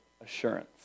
assurance